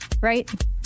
right